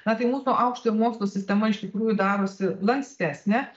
na tai mūsų aukštojo mokslo sistema iš tikrųjų darosi lankstesnė